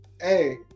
hey